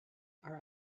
are